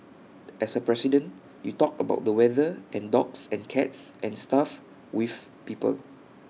as A president you talk about the weather and dogs and cats and stuff with people